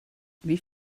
wie